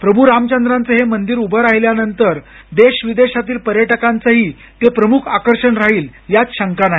प्रभू रामचंद्रांच हे मंदिर उभं राहिल्यानंतर देश विदेशातील पर्यटकांचही ते प्रमुख आकर्षण राहील यात शंका नाही